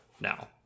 now